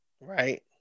Right